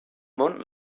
món